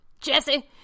Jesse